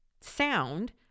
sound